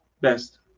best